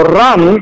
run